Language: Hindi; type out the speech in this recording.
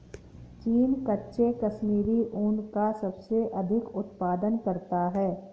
चीन कच्चे कश्मीरी ऊन का सबसे अधिक उत्पादन करता है